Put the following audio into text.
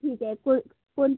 ठीक आहे कोण कोणती